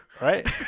right